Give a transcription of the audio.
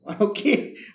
Okay